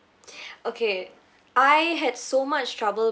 okay I had so much trouble